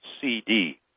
CD